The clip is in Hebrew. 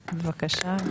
בבקשה.